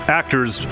actors